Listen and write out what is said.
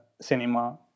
cinema